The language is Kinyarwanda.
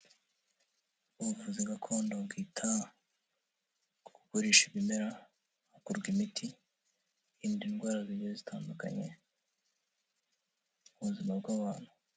Ubuvuzi gakondo bwita ku kugukoresha ibimera hakorwarwa imiti, hirindwa indwara zigiye zitandukanye mu buzima bw'abantu.